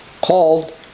called